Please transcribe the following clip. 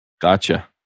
Gotcha